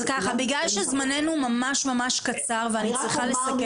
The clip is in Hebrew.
אז ככה בגלל שזמננו ממש ממש קצר ואני צריכה לסכם.